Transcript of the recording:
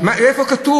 איפה כתוב?